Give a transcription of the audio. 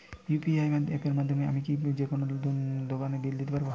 UPI অ্যাপের মাধ্যমে আমি কি যেকোনো দোকানের বিল দিতে পারবো?